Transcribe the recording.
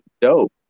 dope